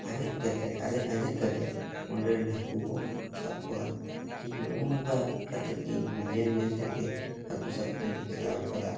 ᱟᱨᱮᱡ ᱠᱟᱛᱮᱫ ᱟᱨᱮᱡ ᱟᱸᱡᱮᱫ ᱠᱟᱛᱮᱫ ᱚᱰᱮᱨᱮᱱ ᱦᱟᱹᱠᱩ ᱠᱚ ᱥᱟᱵ ᱠᱚᱣᱟ ᱴᱷᱤᱠ ᱱᱚᱜ ᱱᱚᱠᱟ ᱠᱟᱛᱮᱫ ᱜᱮ ᱤᱧᱦᱚᱸ ᱧᱮᱞ ᱧᱮᱞ ᱛᱮᱜᱮ ᱦᱟᱹᱠᱩ ᱥᱟᱵᱽ ᱫᱩᱧ ᱥᱮᱬᱟ ᱟᱠᱟᱫᱟ